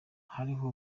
hariho